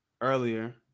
earlier